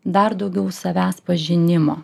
dar daugiau savęs pažinimo